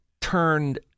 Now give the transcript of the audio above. turned